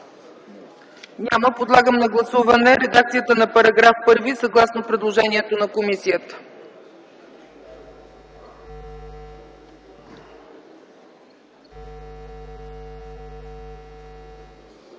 Няма. Подлагам на гласуване редакцията на § 1 съгласно предложението на комисията.